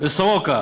ברזילי וסורוקה